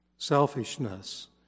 Selfishness